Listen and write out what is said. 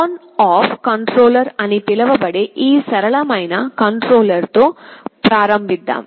on off controller అని పిలువబడే ఈ సరళమైన కంట్రోలర్ తో ప్రారంభిద్దాం